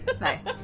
Nice